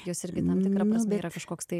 jos irgi tam tikra prasme yra kažkoks tai